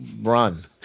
run